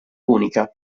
unica